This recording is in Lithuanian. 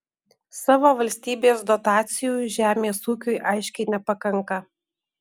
savo valstybės dotacijų žemės ūkiui aiškiai nepakanka